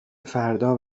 فردا